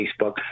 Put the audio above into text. Facebook